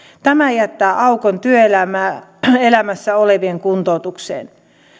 tämä jättää aukon työelämässä olevien kuntoutukseen